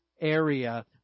area